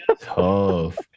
Tough